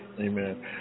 Amen